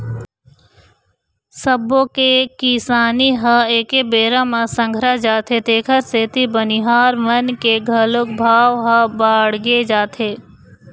सब्बो के किसानी ह एके बेरा म संघरा जाथे तेखर सेती बनिहार मन के घलोक भाव ह बाड़गे जाथे